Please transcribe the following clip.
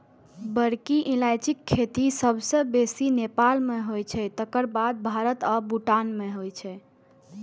बड़की इलायचीक खेती सबसं बेसी नेपाल मे होइ छै, तकर बाद भारत आ भूटान मे होइ छै